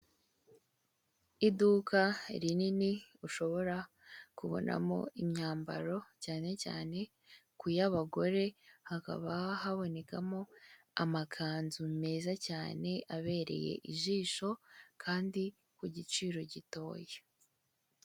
Iduka rinini ushobora kubonamo imyambaro cyane cyane ku y'abagore hakaba habonekamo amakanzu meza cyane abereye ijisho kandi ku giciro gitoya.